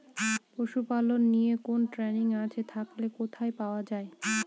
পশুপালন নিয়ে কোন ট্রেনিং আছে থাকলে কোথায় পাওয়া য়ায়?